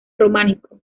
románico